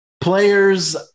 players